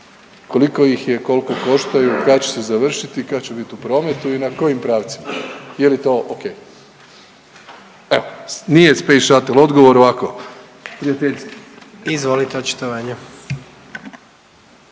koliko ih je, koliko koštaju, kad će se završiti i kad će bit u prometu i na kojim pravcima, je li to okej? Evo nije space shuttle odgovor, ovako prijateljski.